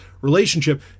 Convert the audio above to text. relationship